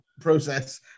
Process